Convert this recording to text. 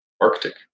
Arctic